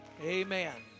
Amen